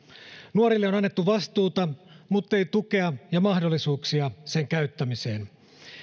nuorille on annettu vastuuta muttei tukea ja mahdollisuuksia sen käyttämiseen